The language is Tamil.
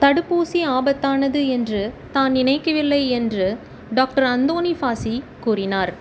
தடுப்பூசி ஆபத்தானது என்று தான் நினைக்கவில்லை என்று டாக்டர் அந்தோனி ஃபாசி கூறினார்